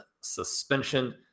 suspension